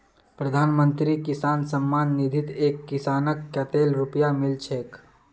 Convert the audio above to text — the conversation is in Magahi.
प्रधानमंत्री किसान सम्मान निधित एक किसानक कतेल रुपया मिल छेक